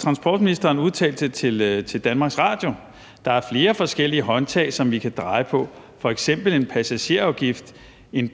Transportministeren udtalte til Danmarks Radio: »Der er flere forskellige håndtag, som vi kan dreje på. For eksempel en passagerafgift, en